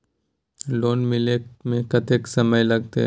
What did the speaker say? Loan मिले में कत्ते समय लागते?